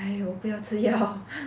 没有我不要吃药